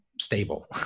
stable